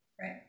Right